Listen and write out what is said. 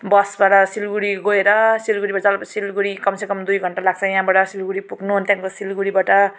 बसबाट सिलगडी गएर सिलगडीमा जाम सिलगुडी कमसे कम दुई घण्टा लाग्छ यहाँबाट सिलगडी पुग्नु अनि त्यहाँको सिलगडीबाट